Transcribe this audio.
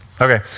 Okay